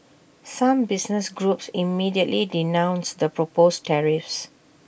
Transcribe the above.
some business groups immediately denounced the proposed tariffs